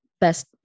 best